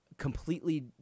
completely